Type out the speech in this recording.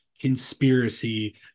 conspiracy